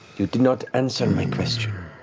you did not answer my question.